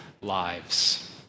lives